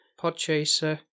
Podchaser